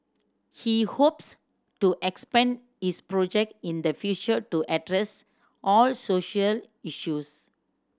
he hopes to expand his project in the future to address all social issues